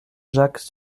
jacques